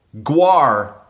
Guar